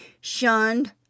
shunned